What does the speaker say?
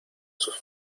sus